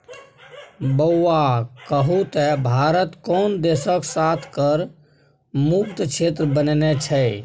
बौआ कहु त भारत कोन देशक साथ कर मुक्त क्षेत्र बनेने छै?